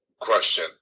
question